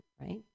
Right